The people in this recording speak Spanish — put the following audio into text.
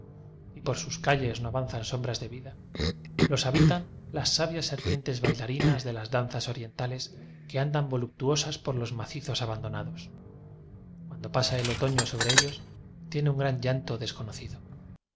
y por sus calles no avanzan sombras de vida los habitan las sabias serpientes bailarinas de las danzas orienta les que andan voluptuosas por los macizos abandonados cuando pasa el otoño sobre ellos tienen un gran llanto